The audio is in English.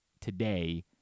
today